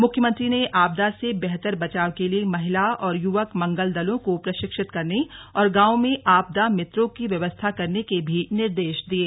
मुख्यमंत्री ने आपदा से बेहतर बचाव के लिये महिला और युवक मंगल दलों को प्रशिक्षित करने और गांवों में आपदा मित्रों की व्यवस्था करने के भी निर्देश दिये